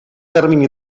termini